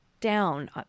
down